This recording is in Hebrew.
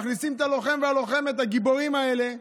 מכניסים את הלוחם והלוחמת הגיבורים האלה,